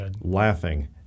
laughing